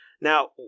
Now